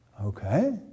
Okay